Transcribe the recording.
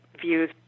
views